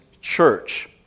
church